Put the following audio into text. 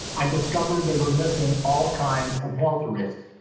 i discovered they were missing all kinds of health risks,